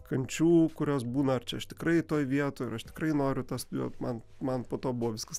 kančių kurios būna ar čia aš tikrai toj vietoj aš tikrai noriu tą studijuot man man po to buvo viskas